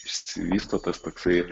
išsivysto tas toksai